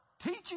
teaching